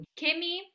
Kimmy